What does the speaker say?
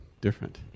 different